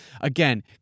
again